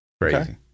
crazy